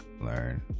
learn